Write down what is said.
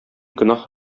гөнаһ